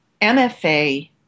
MFA